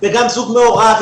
גם זוג מעורב,